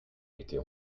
étaient